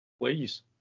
Please